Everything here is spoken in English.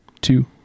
two